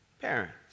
Parents